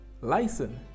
license